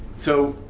so,